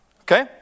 okay